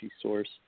source